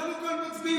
כולנו כאן מצביעים,